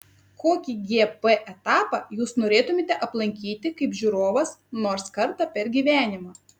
kokį gp etapą jūs norėtumėte aplankyti kaip žiūrovas nors kartą per gyvenimą